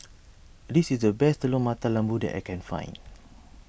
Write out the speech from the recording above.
this is the best Telur Mata Lembu that I can find